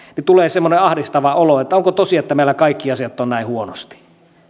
tulee semmoinen ahdistava olo että onko tosi että meillä kaikki asiat on näin huonosti